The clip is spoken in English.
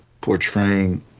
portraying